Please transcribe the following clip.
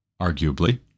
arguably